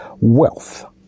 wealth